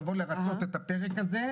על מנת לבוא ולרצות את הפרק הזה.